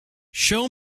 show